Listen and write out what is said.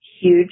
huge